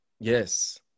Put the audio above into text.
Yes